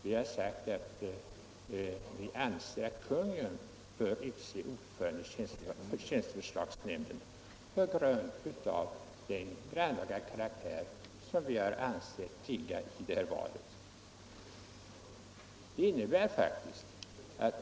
Vi har sagt att vi menar att regeringen bör utse ordförande i tjänsteförslagsnämnden på grund av den grannlaga karaktär som vi har ansett det här valet ha.